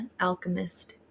Alchemist